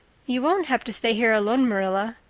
you won't have to stay here alone, marilla.